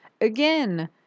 Again